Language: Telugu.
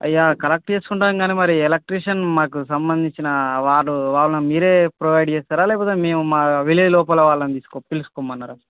అయ్యా కలెక్ట్ చేసుకుంటాము గానీ మరి ఎలక్ట్రిషన్ మాకు సంబంధించిన వారు వాళ్ళని మీరే ప్రొవైడ్ చేస్తారా లేకపోతే మేము మా విలేజ్ లోపల వాళ్ళని తీసుకో పిలుచుకోమన్నరా